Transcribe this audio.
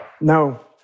No